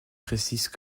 précisent